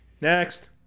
Next